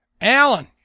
Alan